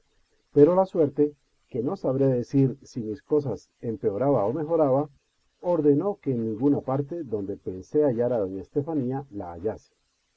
pero la suerte que no sabré decir si mis cosas empeoraba o mejoraba ordenó que en ninguna parte donde pensé hallar a doña estefanía la hallase